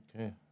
Okay